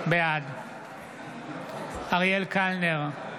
בעד אריאל קלנר,